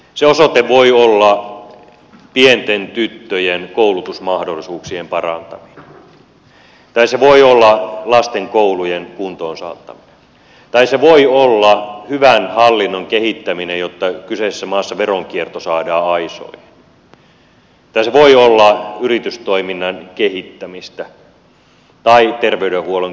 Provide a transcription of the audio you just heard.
se osoite voi olla pienten tyttöjen koulutusmahdollisuuksien parantaminen tai se voi olla lasten koulujen kuntoon saattaminen tai se voi olla hyvän hallinnon kehittäminen jotta kyseisessä maassa veronkierto saadaan aisoihin tai se voi olla yritystoiminnan kehittämistä tai terveydenhuollon kehittämistä